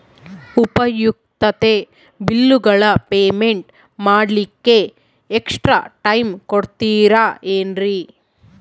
ಉಪಯುಕ್ತತೆ ಬಿಲ್ಲುಗಳ ಪೇಮೆಂಟ್ ಮಾಡ್ಲಿಕ್ಕೆ ಎಕ್ಸ್ಟ್ರಾ ಟೈಮ್ ಕೊಡ್ತೇರಾ ಏನ್ರಿ?